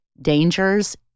dangers